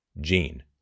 gene